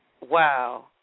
Wow